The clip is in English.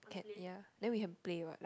kept it here then we have to play what like